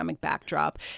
backdrop